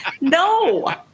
No